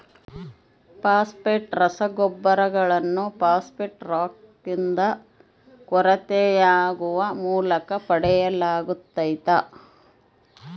phosphate ರಸಗೊಬ್ಬರಗಳನ್ನು phosphate ರಾಕ್ನಿಂದ ಹೊರತೆಗೆಯುವ ಮೂಲಕ ಪಡೆಯಲಾಗ್ತತೆ